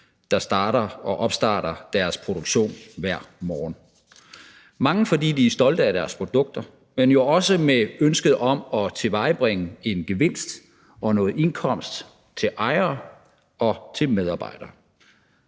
der opstarter deres produktion hver morgen – mange, fordi de er stolte af deres produkter, men jo også med ønsket om at tilvejebringe en gevinst og noget indkomst til ejere og til medarbejdere.